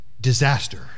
disaster